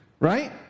right